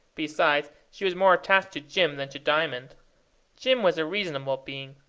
besides, she was more attached to jim than to diamond jim was a reasonable being,